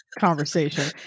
conversation